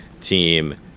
team